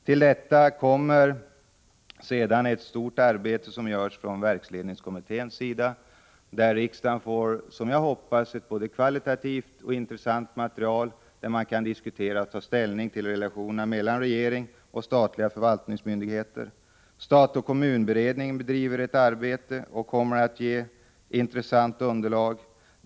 Härtill kommer ett stort arbete från verksledningskommitténs sida som innebär, hoppas jag, att riksdagen får ett kvalitativt bra och intressant material och att man får möjlighet att diskutera och ta ställning till relationerna mellan regeringen och statliga förvaltningsmyndigheter. Vidare bedriver stat-kommun-beredningen ett arbete och ger fortlöpande intressanta förslag.